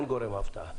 אין גורם הפתעה.